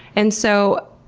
and so,